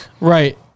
right